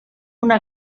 una